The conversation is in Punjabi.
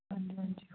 ਹਾਂਜੀ ਹਾਂਜੀ